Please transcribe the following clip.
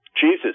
Jesus